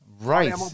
Right